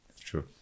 true